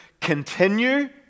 continue